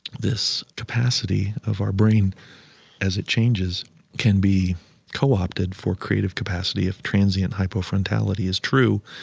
this capacity of our brain as it changes can be co-opted for creative capacity if transient hypofrontality is true,